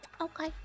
Okay